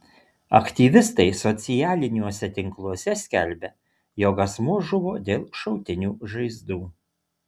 aktyvistai socialiniuose tinkluose skelbia jog asmuo žuvo dėl šautinių žaizdų